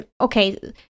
Okay